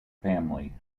family